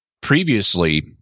Previously